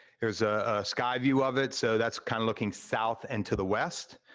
here's a sky view of it, so that's kind of looking south and to the west.